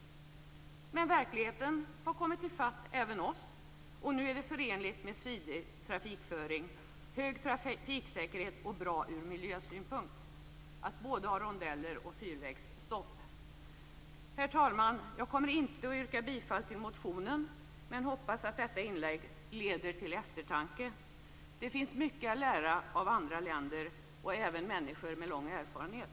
Men verkligheten har kommit i fatt även oss, och nu är det förenligt med smidig trafikföring, hög trafiksäkerhet och dessutom bra ur miljösynpunkt att ha både rondeller och fyrvägsstopp. Herr talman! Jag kommer inte att yrka bifall till motionen, men hoppas att detta inlägg leder till eftertanke. Det finns mycket att lära av andra länder och även av människor med lång erfarenhet.